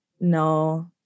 no